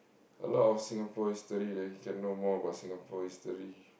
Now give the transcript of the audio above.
alot Singapore history there can know more about Singapore history